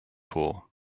pool